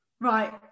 Right